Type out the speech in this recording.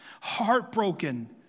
heartbroken